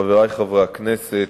חברי חברי הכנסת,